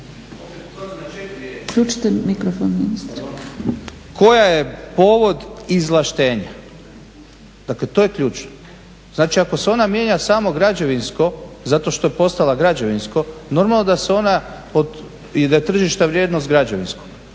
koja je povod izvlaštenja, dakle to je ključno. Znači, ako se ona mijenja samo građevinsko zato što je postala građevinsko, normalno da se ona i da je tržišta vrijednost građevinskog.